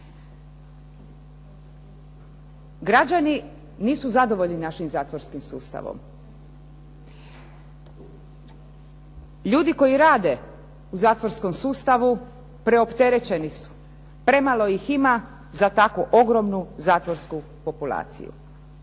Građani nisu zadovoljni s našim zatvorskim sustavom. Ljudi koji rade u zatvorskom sustavu preopterećeni su, premalo ih ima za takvu ogromnu zatvorsku populaciju.